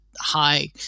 high